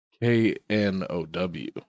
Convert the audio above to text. K-N-O-W